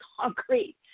concrete